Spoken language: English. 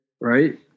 right